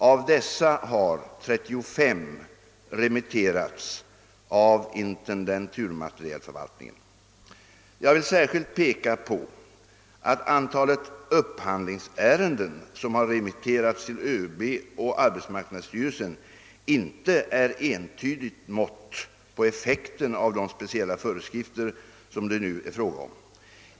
Av dessa har 35 remitterats av intendenturmaterielförvaltningen. Jag vill särskilt peka på att antalet upphandlingsärenden som har remitterats till överbefälhavaren och arbetsmarknadsstyrelsen inte är ett entydigt mått på effekten av de speciella föreskrifter som det nu är fråga om.